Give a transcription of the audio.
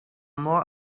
more